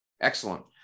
Excellent